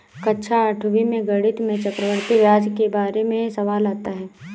कक्षा आठवीं में गणित में चक्रवर्ती ब्याज के बारे में सवाल आता है